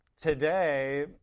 today